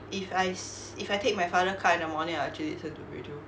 if I si~ if I take my father car in the morning I'll actually listen to radio